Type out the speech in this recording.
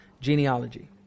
Genealogy